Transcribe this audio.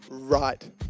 Right